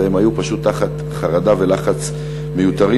והם היו פשוט תחת חרדה ולחץ מיותרים,